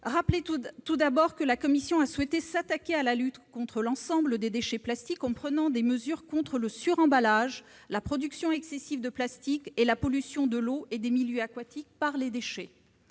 rappelle d'abord que la commission a souhaité s'attaquer à la lutte contre l'ensemble des déchets plastiques en prenant des mesures contre le suremballage, la production excessive de plastique et la pollution de l'eau et des milieux aquatiques par les déchets.